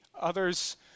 others